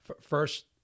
first –